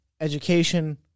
education